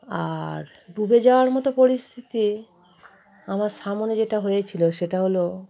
আর ডুবে যাওয়ার মতো পরিস্থিতি আমার সামনে যেটা হয়েছিল সেটা হলো